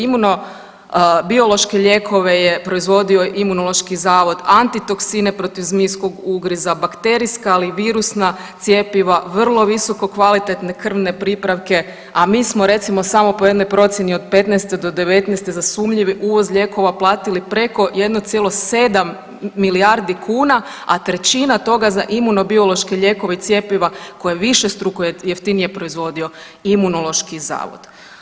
Imunobiološke lijekove je proizvodio Imunološki zavod, antitoksine protiv zmijskog ugriza, bakterijska ali i virusna cjepiva, vrlo visoko kvalitetne krvne pripravke, a mi smo recimo samo po jednoj procjeni od '15. do '19. za sumnjivi uvoz lijekova platili preko 1,7 milijardi kuna, a trećina toga za imunobiološke lijekove i cjepiva koje je višestruko jeftinije proizvodio Imunološki zavod.